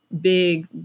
Big